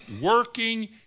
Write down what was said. working